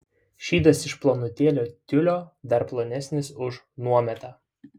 šydas iš plonutėlio tiulio dar plonesnis už nuometą